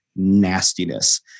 nastiness